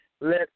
Let